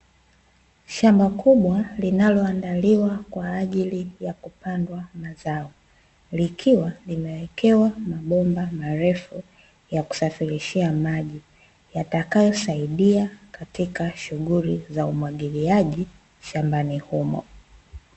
Shamba kubwa linaloandaliwa kwa ajili ya kupandwa mazao, likiwa limewekewa mabomba marefu ya kusafirishia maji yatakayosaidia katika shughuli za umwagiliaji shambani humo.